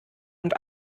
und